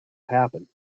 happen